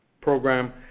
program